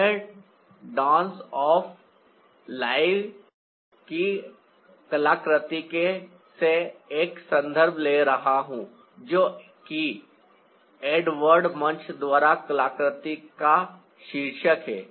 मैं 'dance of life 'की कलाकृति से एक संदर्भ ले रहा हूं जो कि एडवर्ड मंच द्वारा कलाकृति का शीर्षक है